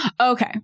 Okay